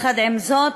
עם זאת,